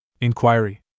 Inquiry